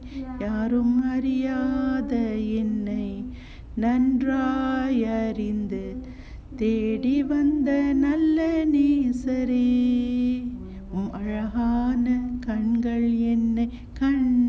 யாரும் அறியாத என்னை:yaarum airyaatha ennai